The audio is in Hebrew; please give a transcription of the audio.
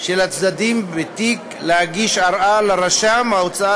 של הצדדים בתיק להגיש ערר לרשם ההוצאה